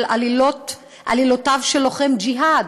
של עלילותיו של לוחם ג'יהאד